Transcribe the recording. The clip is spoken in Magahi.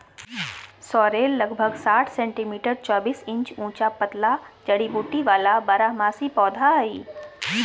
सॉरेल लगभग साठ सेंटीमीटर चौबीस इंच ऊंचा पतला जड़ी बूटी वाला बारहमासी पौधा हइ